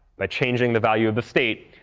by changing the value of the state,